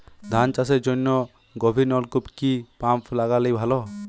ধান চাষের জন্য গভিরনলকুপ কি পাম্প লাগালে ভালো?